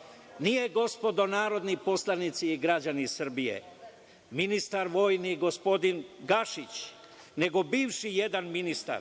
17.Nije, gospodo narodni poslanici i građani Srbije, ministar vojni gospodin Gašić, nego bivši jedan ministar